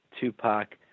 Tupac